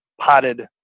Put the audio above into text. potted